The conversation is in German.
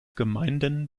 gemeinden